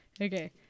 Okay